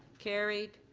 carried.